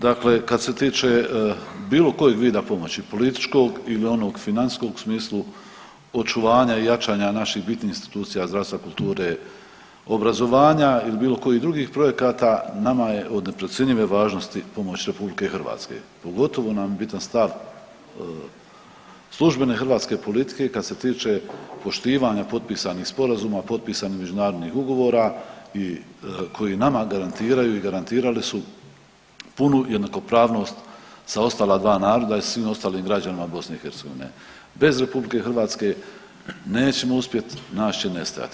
Dakle, kad se tiče bilo kojeg vida pomoći političkog ili onog financijskom u smislu očuvanja i jačanja naših bitnih institucija, zdravstva, kulture, obrazovanja ili bilo kojih drugih projekata nama je od neprocjenjive važnosti pomoć RH, pogotovo nam je bitan stav službene hrvatske politike kad se tiče poštivanja potpisanih sporazuma, potpisanih međunarodnih ugovora koji nama garantiraju i garantirali su punu jednakopravnost sa ostala dva naroda i svim ostalim građanima BiH, bez RH nećemo uspjet, nas će nestajati.